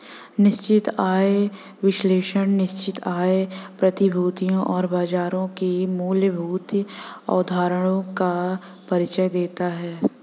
निश्चित आय विश्लेषण निश्चित आय प्रतिभूतियों और बाजारों की मूलभूत अवधारणाओं का परिचय देता है